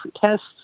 tests